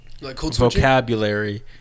vocabulary